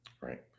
Right